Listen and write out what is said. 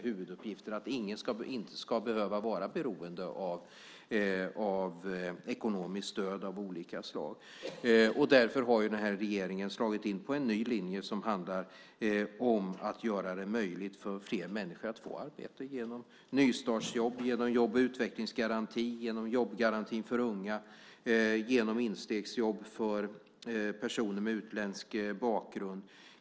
Huvuduppgiften måste vara att ingen ska behöva vara beroende av ekonomiskt stöd av olika slag. Regeringen har därför slagit in på en ny linje som handlar om att göra det möjligt för fler människor att få arbete genom nystartsjobb, jobb och utvecklingsgarantin, jobbgarantin för unga och instegsjobb för personer med utländsk bakgrund.